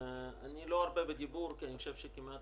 אני לא ארבה בדיבור כי אני חושב שכמעט